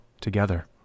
together